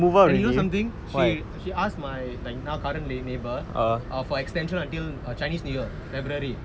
and you know something she ask my like now currently neighbour for extension until err chinese new year february